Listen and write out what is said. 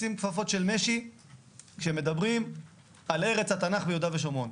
לשים כפפות של משי כשמדברים על ארץ התנ"ך ביהודה ושומרון,